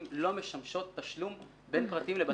לא משמשות תשלום בין פרטים לבתי עסק.